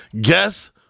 Guess